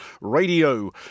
radio